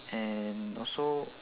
and also